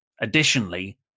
additionally